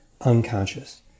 unconscious